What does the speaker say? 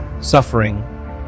suffering